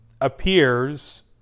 Appears